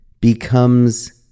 becomes